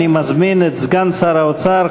אני מזמין את סגן שר האוצר,